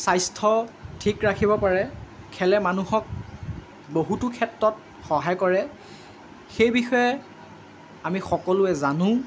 স্বাস্থ্য ঠিক ৰাখিব পাৰে খেলে মানুহক বহুতো ক্ষেত্ৰত সহায় কৰে সেই বিষয়ে আমি সকলোৱে জানো